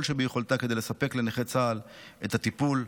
שביכולתה כדי לספק לנכי צה"ל את הטיפול,